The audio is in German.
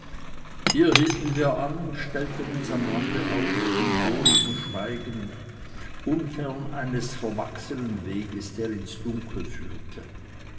hier hielten wir an und stellten uns am rande auf in wohligem schweigen unfern eines verwachsenen weges der ins dunkle führte